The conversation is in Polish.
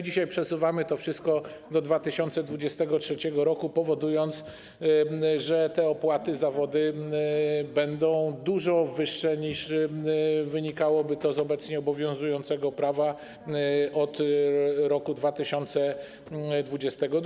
Dzisiaj przesuwamy to wszystko do 2023 r., powodując, że opłaty za wodę będą dużo wyższe, niż wynikałoby to z obecnie obowiązującego prawa, od roku 2022.